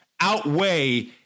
outweigh